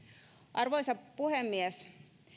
arvoisa puhemies